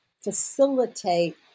facilitate